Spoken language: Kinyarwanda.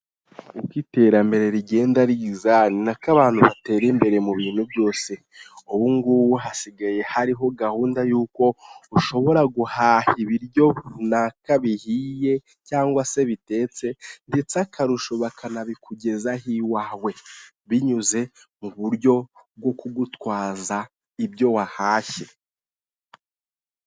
Uko iterambere rigenda riza ni nako abantu batera imbere mu bintu byose, ubungubu hasigaye hariho gahunda y'uko ushobora guhaha ibiryo runaka bihiye cyangwa se bitetse, ndetse akarusho bakanabikugezaho iwawe binyuze mu buryo bwo kugutwaza ibyo wahashye.